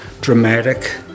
dramatic